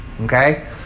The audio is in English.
Okay